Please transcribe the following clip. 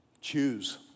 Choose